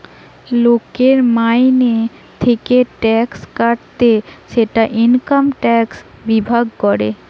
লোকের মাইনে থিকে ট্যাক্স কাটছে সেটা ইনকাম ট্যাক্স বিভাগ করে